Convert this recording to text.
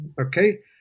okay